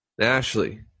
Ashley